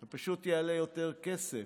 זה פשוט יעלה יותר כסף,